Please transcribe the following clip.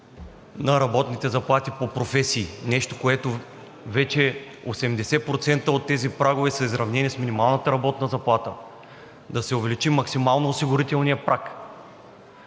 на работните заплати по професии – вече 80% от тези прагове са изравнени с минималната работна заплата; да се увеличи максимално осигурителният праг.